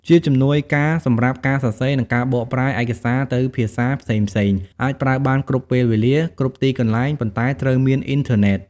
ជាជំនួយការសំរាប់ការសរសេរ និងការបកប្រែឯកសារទៅភាសាផ្សេងៗ អាចប្រើបានគ្រប់ពេលវេលា គ្រប់ទីកន្លែង ប៉ុន្តែត្រូវមានអ៊ីនធឺណេត។